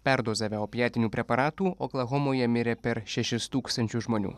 perdozavę opiatinių preparatų oklahomoje mirė per šešis tūkstančius žmonių